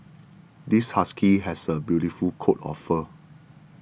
this husky has a beautiful coat of fur